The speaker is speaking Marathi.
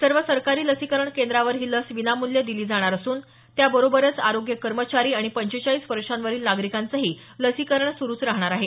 सर्व सरकारी लसीकरण केंद्रावर ही लस विनामूल्य दिली जाणार असून त्या बरोबरच आरोग्य कर्मचारी आणि पंचेचाळीस वर्षावरील नागरिकांचंही लसीकरण सुरुच राहणार आहे